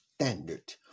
standard